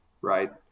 right